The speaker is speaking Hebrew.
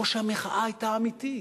או שהמחאה היתה אמיתית,